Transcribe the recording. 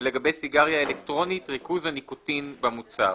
ולגבי סיגריה אלקטרונית ריכוז הניקוטין במוצר.